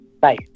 Bye